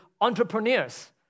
entrepreneurs